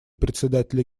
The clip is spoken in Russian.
председателя